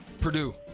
Purdue